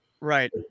Right